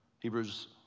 Hebrews